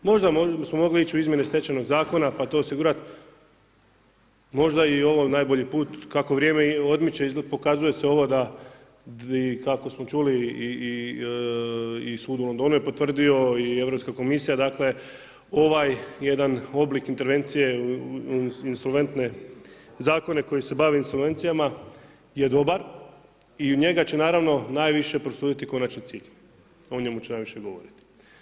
Možda smo mogli ići u izmjene Stečajnog zakona pa to osigurati, možda je i ovo najbolji put kako vrijeme odmiče i pokazuje se ovo i kako smo čuli i sud u Londonu je potvrdio i Europska komisija dakle ovaj jedan oblik intervencije u insolventne zakone koji se bavi insolvencijama je dobar i njega će naravno najviše prosuditi konačni cilj, o njemu će najviše govoriti.